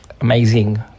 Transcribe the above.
amazing